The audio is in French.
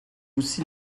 aussi